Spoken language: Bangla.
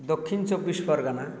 দক্ষিণ চব্বিশ পরগানা